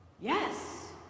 yes